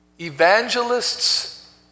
evangelists